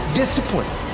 discipline